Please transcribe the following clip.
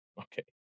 Okay